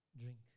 Drink